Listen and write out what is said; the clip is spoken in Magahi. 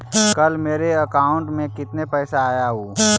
कल मेरा अकाउंटस में कितना पैसा आया ऊ?